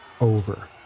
over